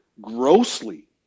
grossly